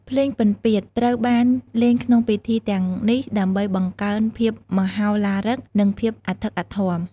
ភ្លេងពិណពាទ្យត្រូវបានលេងក្នុងពិធីទាំងនេះដើម្បីបង្កើនភាពមហោឡារឹក និងភាពអធិកអធម។